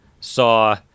saw